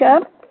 up